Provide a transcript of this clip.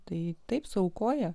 tai taip suaukoja